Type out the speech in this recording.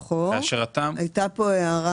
היה כתוב פה שהיא תיתן את הדעת.